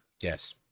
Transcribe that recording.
Yes